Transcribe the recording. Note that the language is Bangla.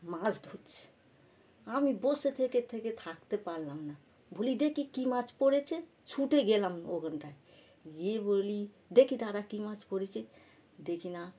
মাছ ধরছে আমি বসে থেকে থেকে থাকতে পারলাম না বলি দেখি কী মাছ পড়েছে ছুটে গেলাম ওখানটায় গিয়ে বলি দেখি দাদা কী মাছ পড়েছে দেখি না